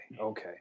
okay